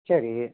சரி